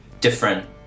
different